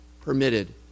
permitted